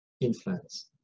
influence